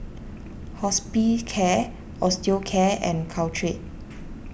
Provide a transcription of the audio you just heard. Hospicare Osteocare and Caltrate